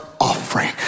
offering